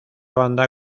banda